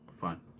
Fine